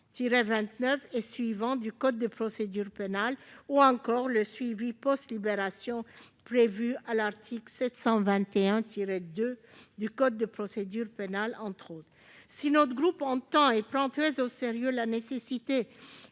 et suivants du code de procédure pénale, ou encore le suivi post-libération prévu à l'article 721-2 du code de procédure pénale. Si notre groupe prend très au sérieux la nécessité